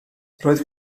roedd